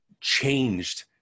changed